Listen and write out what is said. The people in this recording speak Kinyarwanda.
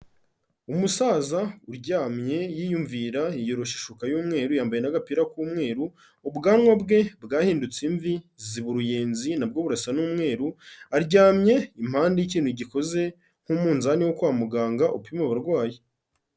Umusaza uryamye yiyumvira, yiyoroshe ishuka y'umweru, yambaye n'agapira k'umweru, ubwanwa bwe bwahindutse imvi ziba uruyenzi na bwo burasa n'umweru, aryamye impande y'ikintu gikoze nk'umunzani wo kwa muganga upima abarwayi.